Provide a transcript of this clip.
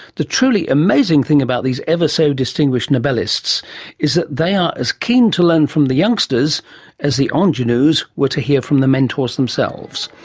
the truly amazing thing about these ever so distinguished nobelists is that they are as keen to learn from the youngsters as the ah ingenues were to hear from the mentors themselves.